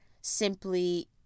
simply